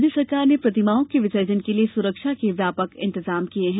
राज्य सरकार ने प्रतिमाओं के विसर्जन के लिए सुरक्षा के व्यापक इंतजाम किए हैं